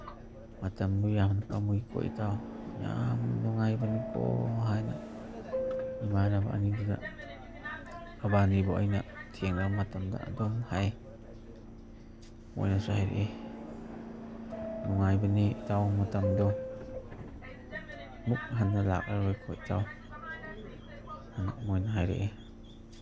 ꯃꯇꯝꯗꯨ ꯌꯥꯝꯅ ꯄꯥꯝꯃꯨꯏꯀꯣ ꯏꯇꯥꯎ ꯌꯥꯝ ꯅꯨꯡꯉꯥꯏꯕꯅꯤꯀꯣ ꯍꯥꯏꯅ ꯏꯃꯥꯟꯅꯕ ꯑꯅꯤꯗꯨꯗ ꯃꯕꯥꯟꯅꯤꯕꯨ ꯑꯩꯅ ꯊꯦꯡꯅꯕ ꯃꯇꯝꯗ ꯑꯗꯨꯝ ꯍꯥꯏ ꯃꯣꯏꯅꯁꯨ ꯍꯥꯏꯔꯛꯏ ꯅꯨꯡꯉꯥꯏꯕꯅꯦ ꯏꯇꯥꯎ ꯃꯇꯝꯗꯣ ꯑꯃꯨꯛ ꯍꯟꯅ ꯂꯥꯛꯂꯔꯣꯏꯀꯣ ꯏꯇꯥꯎ ꯑꯅ ꯃꯣꯏꯅ ꯍꯥꯏꯔꯛꯏ